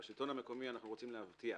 בשלטון המקומי אנחנו רוצים להבטיח